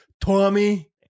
Tommy